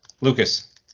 Lucas